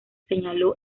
señaló